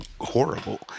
horrible